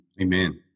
Amen